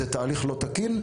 זה תהליך לא תקין.